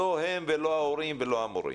לא הם ולא ההורים ולא המורים.